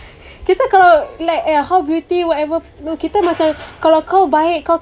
kita kalau like eh how beauty what ever no kita macam kalau kau baik kau